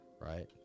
Right